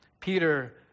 Peter